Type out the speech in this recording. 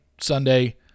Sunday